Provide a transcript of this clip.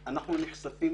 אנחנו נחשפים